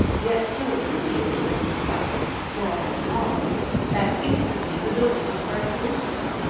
yet so permeated with the stuff in floor and walls that instantly the building was burning fiercely.